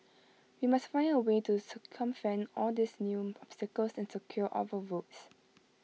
we must find A way to circumvent all these new obstacles and secure our votes